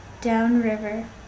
Downriver